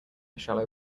shallow